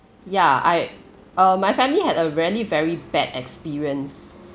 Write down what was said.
ya I uh my family had a really very bad experience